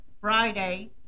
Friday